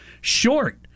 short